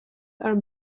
are